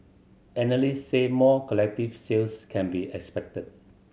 analysts said more collective sales can be expected